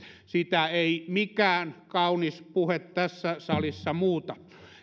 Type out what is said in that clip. sitä ei mikään kaunis puhe tässä salissa muuta